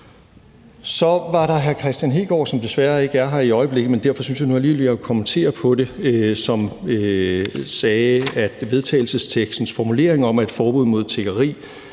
Så var der hr. Kristian Hegaard, som desværre ikke er her i øjeblikket, men jeg synes alligevel, at jeg vil kommentere på det. Han sagde, at vedtagelsestekstens formulering om, at et forbud mod tiggeri